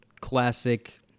classic